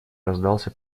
раздался